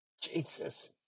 Jesus